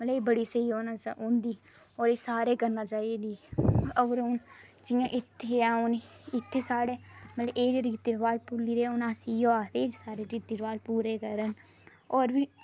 मतलब बड़ी स्हेई होंदी और एह् सारे करना चाहिदी और जि'यां इत्थै ऐ इत्थै साढ़े मतलब एह् जेह्ड़े रीति रिवाज भुल्ली गेदे हून अस इ'यै आखदे सारे रीति रिवाज पूरे करन और बी